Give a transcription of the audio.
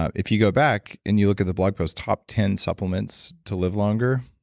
ah if you go back and you look at the blog post, top ten supplements to live longer,